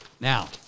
Now